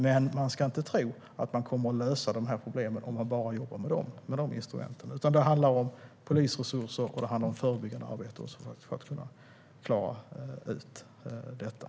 Men man ska inte tro att man kommer att lösa dessa problem om man bara jobbar med dessa instrument, utan det handlar om polisresurser och om förebyggande arbete för att klara av detta.